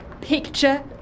Picture